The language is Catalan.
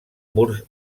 murs